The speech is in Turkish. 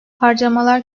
harcamalar